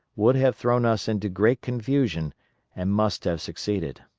would have thrown us into great confusion and must have succeeded.